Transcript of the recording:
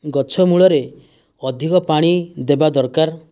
ଗଛ ମୂଳରେ ଅଧିକ ପାଣି ଦେବା ଦରକାର